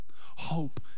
hope